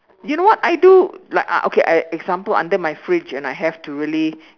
you know what I do like uh okay example under my fridge and I have to really